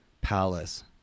palace